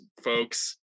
folks